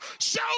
Show